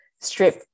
strip